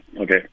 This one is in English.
Okay